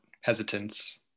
hesitance